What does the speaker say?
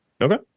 Okay